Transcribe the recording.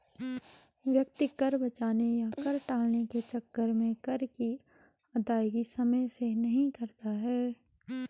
व्यक्ति कर बचाने या कर टालने के चक्कर में कर की अदायगी समय से नहीं करता है